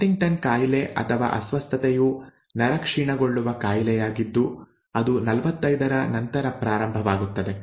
Huntington ಕಾಯಿಲೆ ಅಥವಾ ಅಸ್ವಸ್ಥತೆಯು ನರ ಕ್ಷೀಣಗೊಳ್ಳುವ ಕಾಯಿಲೆಯಾಗಿದ್ದು ಅದು 45ರ ನಂತರ ಪ್ರಾರಂಭವಾಗುತ್ತದೆ